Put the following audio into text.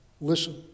Listen